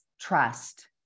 trust